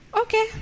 Okay